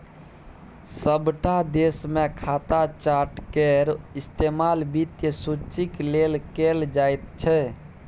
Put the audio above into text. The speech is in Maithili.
सभटा देशमे खाता चार्ट केर इस्तेमाल वित्तीय सूचीक लेल कैल जाइत छै